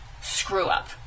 screw-up